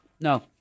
No